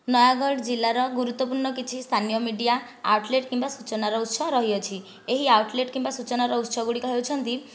ନୟାଗଡ଼ ଜିଲ୍ଲାର ଗୁରୁତ୍ଵପୂର୍ଣ୍ଣ କିଛି ସ୍ଥାନୀୟ ମିଡ଼ିଆ ଆଉଟଲେଟ୍ କିମ୍ବା ସୂଚନାର ଉତ୍ସ ରହିଅଛି ଏହି ଆଉଟଲେଟ୍ କିମ୍ବା ସୂଚନାର ଉତ୍ସଗୁଡ଼ିକ ହେଉଛନ୍ତି